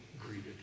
greeted